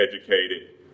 educated